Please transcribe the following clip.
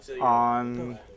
on